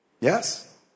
Yes